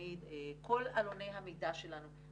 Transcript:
כל עלוני המידע שלנו,